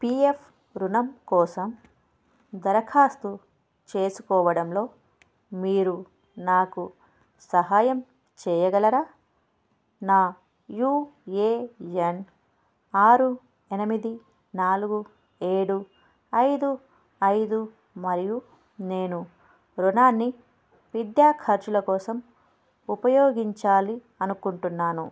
P F రుణం కోసం దరఖాస్తు చేసుకోవడంలో మీరు నాకు సహాయం చేయగలరా నా యూ ఏ ఎన్ ఆరు ఎనిమిది నాలుగు ఏడు ఐదు ఐదు మరియు నేను రుణాన్ని విద్యా ఖర్చుల కోసం ఉపయోగించాలి అనుకుంటున్నాను